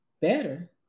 better